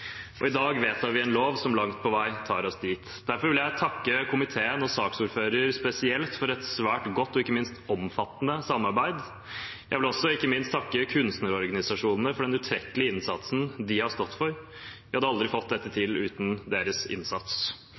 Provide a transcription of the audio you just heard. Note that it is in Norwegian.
vår. I dag vedtar vi en lov som langt på vei tar oss dit. Derfor vil jeg takke komiteen og saksordføreren spesielt for et svært godt og ikke minst omfattende samarbeid. Jeg vil også, ikke minst, takke kunstnerorganisasjonene for den utrettelige innsatsen de har stått for. Vi hadde aldri fått dette til uten deres innsats.